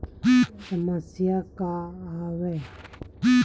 समस्या का आवे?